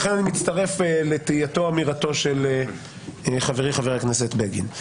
לכן אני מצטרף לתהייתו ואמירתו של חברי חבר הכנסת בגין.